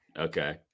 Okay